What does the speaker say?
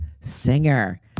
singer